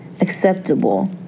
acceptable